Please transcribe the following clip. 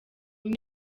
umwe